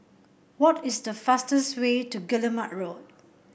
what is the fastest way to Guillemard Road